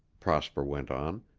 prosper went on,